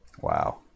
wow